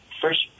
first